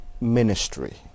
ministry